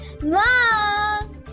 Mom